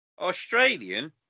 Australian